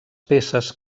peces